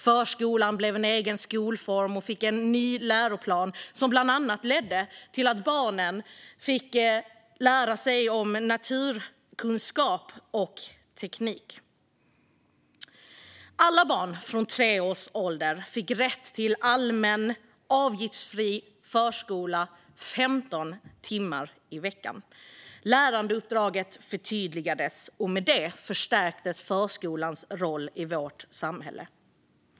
Förskolan blev en egen skolform och fick en ny läroplan som bland annat ledde till att barnen fick lära sig om natur och teknik. Alla barn från tre års ålder fick rätt till allmän, avgiftsfri förskola 15 timmar i veckan. Lärandeuppdraget förtydligades, och med det stärktes förskolans roll i vårt samhälle.